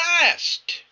last